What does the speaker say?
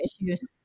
issues